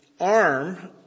Arm